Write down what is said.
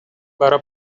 برا